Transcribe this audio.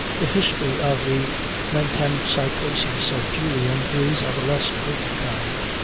the history of the metempsychoses of julian is of a less good kind,